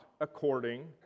according